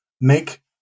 make